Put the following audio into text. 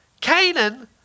Canaan